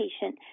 patient